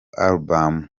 album